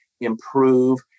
improve